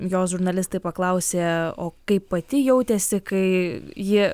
jos žurnalistai paklausė o kaip pati jautėsi kai ji